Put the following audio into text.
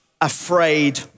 afraid